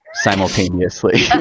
simultaneously